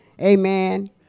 Amen